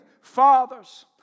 fathers